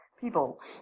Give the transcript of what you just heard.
people